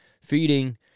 feeding